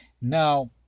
Now